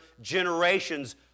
generations